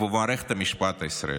ובמערכת המשפט הישראלית.